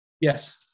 Yes